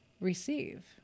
receive